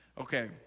Okay